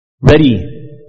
Ready